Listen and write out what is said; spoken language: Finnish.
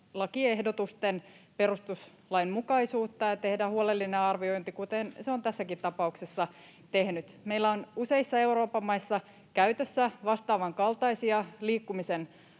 lakiehdotusten perustuslainmukaisuutta ja tehdä huolellinen arviointi, kuten se on tässäkin tapauksessa tehnyt. Meillä on useissa Euroopan maissa käytössä vastaavankaltaisia liikkumisen